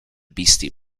beastie